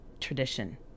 tradition